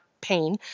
pain